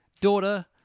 daughter